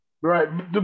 Right